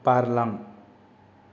बारलां